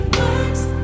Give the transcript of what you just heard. works